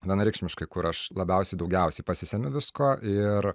vienareikšmiškai kur aš labiausiai daugiausiai pasisemiu visko ir